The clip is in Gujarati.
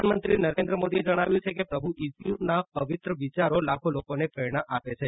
પ્રધાનમંત્રી નરેન્દ્ર મોદીએ જણાવ્યું છે કે પ્રભુ ઇસુના પવિત્ર વિચારો લાખો લોકોને પ્રેરણા આપે છે